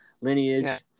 lineage